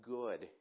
good